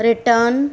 return